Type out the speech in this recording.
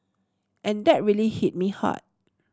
and that really hit me hard